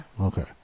Okay